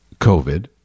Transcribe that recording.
COVID